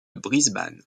brisbane